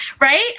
right